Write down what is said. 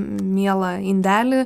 mielą indelį